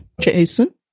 Jason